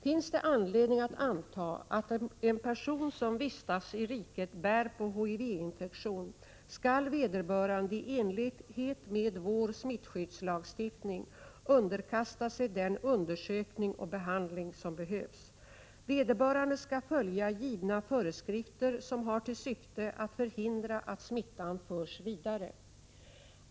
Finns det anledning att anta att en person som vistas i riket bär på HIV-infektion, skall vederbörande i enlighet med vår smittskyddslagstiftning underkasta sig den undersökning och behandling som behövs. Vederbörande skall följa givna föreskrifter, som har till syfte att förhindra att smittan förs vidare.